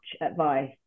advice